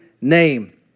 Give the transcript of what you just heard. name